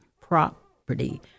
property